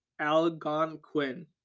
Algonquin